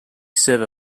serve